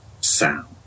sound